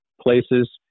places